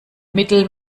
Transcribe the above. mittel